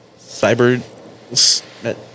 Cyber